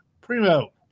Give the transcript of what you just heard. Primo